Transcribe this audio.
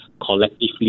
collectively